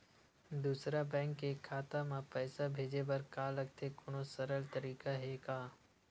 दूसरा बैंक के खाता मा पईसा भेजे बर का लगथे कोनो सरल तरीका हे का?